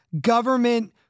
government